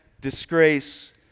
disgrace